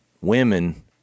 women